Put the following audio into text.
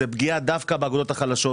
זאת פגיעה דווקא באגודות החלשות.